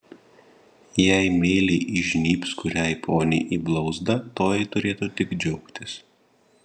jei meiliai įžnybs kuriai poniai į blauzdą toji turėtų tik džiaugtis